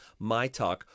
MYTALK